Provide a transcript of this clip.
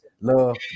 love